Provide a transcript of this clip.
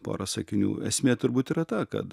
pora sakinių esmė turbūt yra ta kad